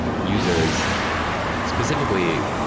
users specifically,